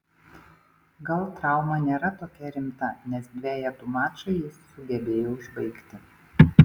gal trauma nėra tokia rimta nes dvejetų mačą jis sugebėjo užbaigti